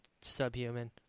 subhuman